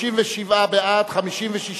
37 בעד, 56 נגד,